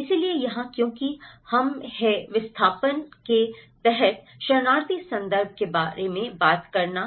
इसलिए यहाँ क्योंकि हम हैं विस्थापन के तहत शरणार्थी संदर्भ के बारे में बात करना